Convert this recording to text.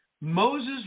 Moses